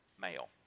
male